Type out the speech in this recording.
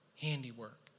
handiwork